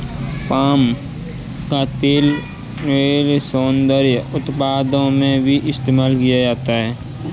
palm का तेल सौन्दर्य उत्पादों में भी इस्तेमाल किया जाता है